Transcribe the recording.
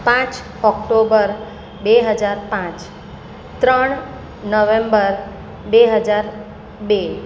પાંચ ઓક્ટોબર બે હજાર પાંચ ત્રણ નવેમ્બર બે હજાર બે